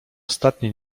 ostatni